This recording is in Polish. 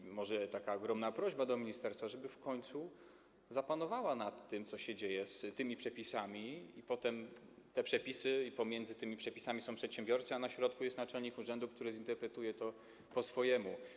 I może taka ogromna prośba do ministerstwa, żeby w końcu zapanowało nad tym, co się dzieje z tymi przepisami, bo potem są te przepisy, pomiędzy tymi przepisami są przedsiębiorcy, a na środku jest naczelnik urzędu, który zinterpretuje to po swojemu.